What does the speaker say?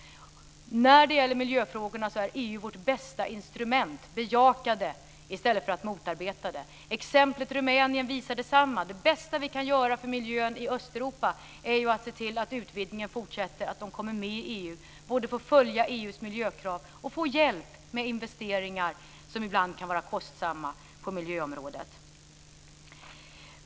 När det gäller miljöfrågorna är EU vårt bästa instrument. Bejaka det, i stället för att motarbeta det! Exemplet Rumänien visar detsamma. Det bästa vi kan göra för miljön i Östeuropa är att se till att utvidgningen fortsätter, att de kommer med i EU, att de får följa EU:s miljökrav och att de får hjälp med investeringar som ibland kan vara kostsamma på miljöområdet.